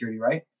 right